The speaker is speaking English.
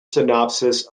synopsis